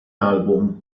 album